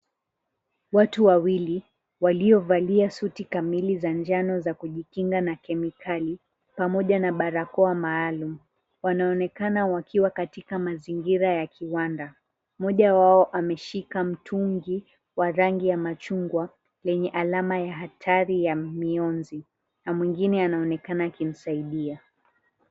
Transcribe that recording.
Watu wawili, waliovalia suti kamili za njano za kujikinga na kemikali pamoja na barakoa maalumu, wanaonekana wakiwa katika mazingira ya kiwanda. Mmoja wao ameshika mtungi wa rangi ya machungwa yenye alama ya hatari ya mionzi, na mwingine anaonekana akimsaidia.